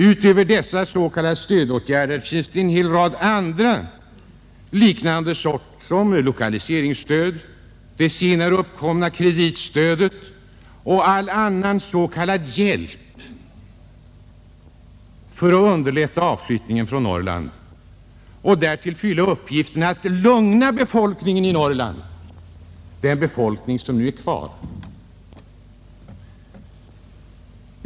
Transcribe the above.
Utöver dessa ”stödåtgärder” finns en rad andra sorter av lokaliseringsstöd, det senare uppkomna kreditstödet och all annan ”hjälp” för att underlätta avflyttningen från Norrland och därtill fylla uppgiften att lugna den befolkning som är kvar.